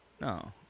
No